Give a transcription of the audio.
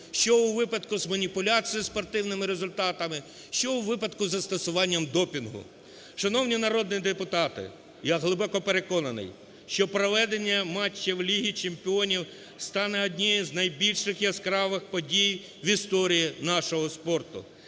що у випадку з маніпуляцією спортивними результатами, що у випадку із застосуванням допінгу. Шановні народні депутати, я глибоко переконаний, що проведення матчів Ліги чемпіонів стане однією з найбільших яскравих подій в історії нашого спорту.